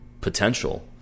potential